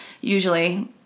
usually